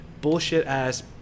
bullshit-ass